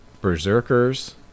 berserkers